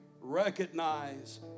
recognize